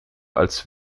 als